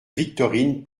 victorine